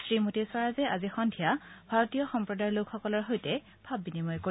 শ্ৰীমতী স্বৰাজে আজি সন্ধিয়া ভাৰতীয় সম্প্ৰদায়ৰ লোকসকলৰ সৈতে ভাৱ বিনিময় কৰিব